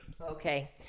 okay